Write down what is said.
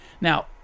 now